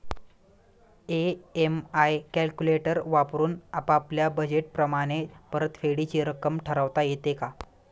EMI calculator वापरून आपापल्या budget प्रमाणे परतफेडीची रक्कम ठरवता येते का?